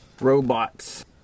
robots